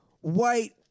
white